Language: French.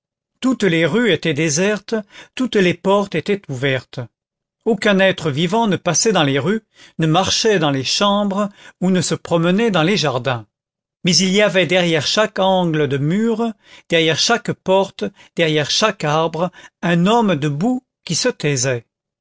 toutes les rues étaient désertes toutes les portes étaient ouvertes aucun être vivant ne passait dans les rues ne marchait dans les chambres ou ne se promenait dans les jardins mais il y avait derrière chaque angle de mur derrière chaque porte derrière chaque arbre un homme debout qui se taisait